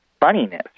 funniness